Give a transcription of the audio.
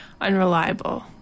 unreliable